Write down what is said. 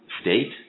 state